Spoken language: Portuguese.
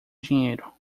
dinheiro